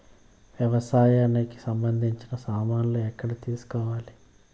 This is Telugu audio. వ్యవసాయానికి సంబంధించిన సామాన్లు ఎక్కడ తీసుకోవాలి?